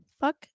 Fuck